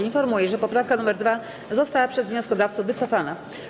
Informuję, że poprawka nr 2 została przez wnioskodawców wycofana.